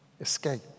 escape